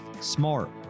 smart